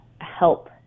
help